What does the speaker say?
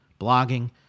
blogging